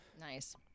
Nice